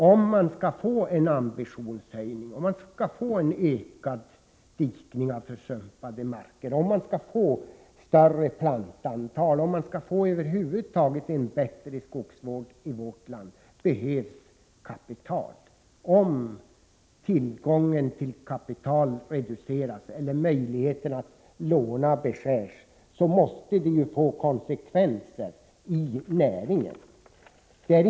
Om man vill få en ambitionshöjning, en ökning av utdikningen av försumpade marker, större plantantal och över huvud taget en bättre skogsvård i vårt land, behövs kapital. Om tillgången på kapital reduceras eller möjligheterna att låna 25 beskärs, måste detta få konsekvenser i näringen.